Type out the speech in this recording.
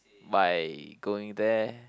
by going there